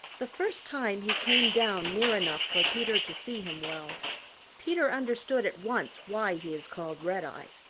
the first time he came down near enough for peter to see him well peter understood at once why he is called redeye.